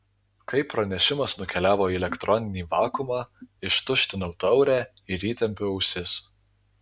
kai pranešimas nukeliavo į elektroninį vakuumą ištuštinau taurę ir įtempiau ausis